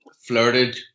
flirted